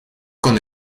con